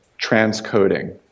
transcoding